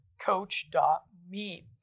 Coach.me